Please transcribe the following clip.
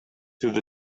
through